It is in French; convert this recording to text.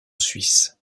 suisse